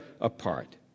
apart